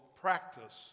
practice